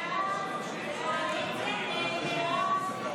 הסתייגות 47 לא